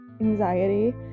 anxiety